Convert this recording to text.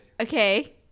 Okay